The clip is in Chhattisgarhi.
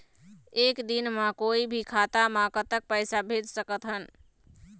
एक दिन म कोई भी खाता मा कतक पैसा भेज सकत हन?